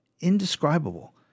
indescribable